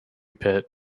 pit